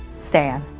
stan.